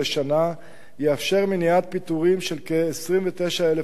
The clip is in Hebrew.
יאפשר מניעת פיטורים של כ-29,000 עובדים.